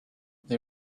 they